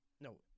no